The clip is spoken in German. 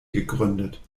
gegründet